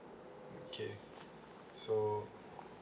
okay so